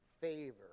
favor